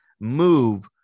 move